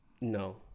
No